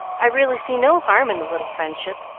i really see no harm in the little friendship,